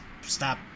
stop